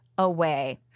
Away